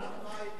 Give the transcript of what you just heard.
אבל אנחנו מעידים,